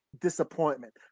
disappointment